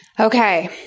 Okay